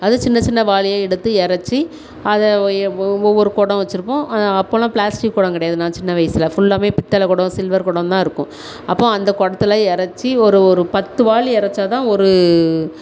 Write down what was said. அதுவும் சின்ன சின்ன வாளியாக எடுத்து இறச்சி அதை ஒவ்வொரு குடம் வச்சுருப்போம் அப்போலாம் ப்ளாஸ்டிக் குடம் கிடையாது நான் சின்ன வயசில் ஃபுல்லாவே பித்தளைக் குடம் சில்வர் குடந்தான் இருக்கும் அப்போது அந்த குடத்துல இறச்சி ஒரு ஒரு பத்து வாளி இறச்சா தான் ஒரு